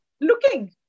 looking